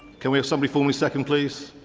can we have somebody formerly second, please.